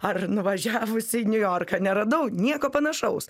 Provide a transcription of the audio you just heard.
ar nuvažiavus į niujorką neradau nieko panašaus